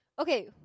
Okay